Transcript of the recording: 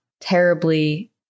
terribly